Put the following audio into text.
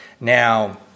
Now